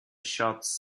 shots